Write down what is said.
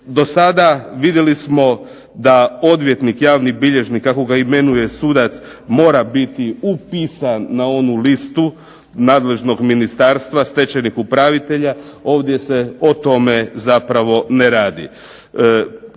Dosada vidjeli smo da odvjetnik, javni bilježnik kako ga imenuje sudac mora biti upisan na onu listu nadležnog ministarstva stečajnih upravitelja, ovdje se o tome zapravo ne radi.